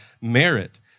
merit